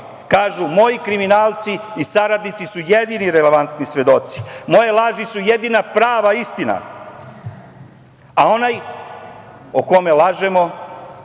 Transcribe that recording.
kažu – moji kriminalci i saradnici su jedini relevantni svedoci, moje laži su jedina prava istina, a onaj o kome lažemo